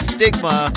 Stigma